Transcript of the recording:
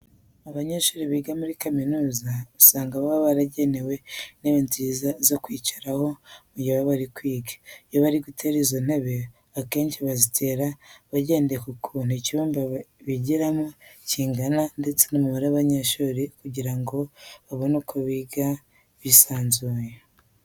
Abanyeshuri biga muri kaminuza usanga baba baragenewe intebe nziza zo kwicaraho mu gihe baba bari kwiga. Iyo bari gutera izo ntebe akenshi bazitera bagendeye ku kuntu icyumba bigiramo kingana ndetse n'umubare w'abanyeshuri kugira ngo babone uko bicara bisanzuye.